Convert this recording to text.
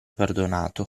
perdonato